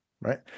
right